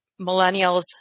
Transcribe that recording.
millennials